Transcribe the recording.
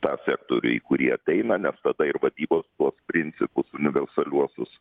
tą sektorių į kurį ateina nes tada ir vadybos tuos principus universaliuosius